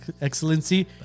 excellency